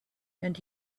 and